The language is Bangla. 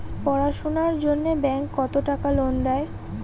পড়াশুনার জন্যে ব্যাংক কত টাকা লোন দেয়?